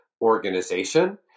organization